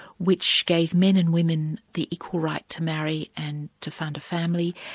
which gave men and women the equal right to marry and to found a family,